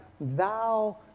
thou